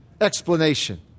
explanation